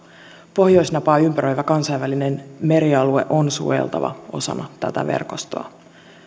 pohjoisnapaa ympäröivä kansainvälinen merialue on suojeltava osana tätä verkostoa